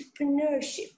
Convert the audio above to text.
entrepreneurship